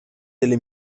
delle